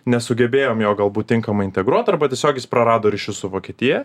nesugebėjom jo galbūt tinkamai integruot arba tiesiog jis prarado ryšius su vokietija